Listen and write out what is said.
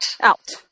Out